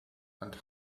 and